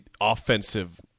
offensive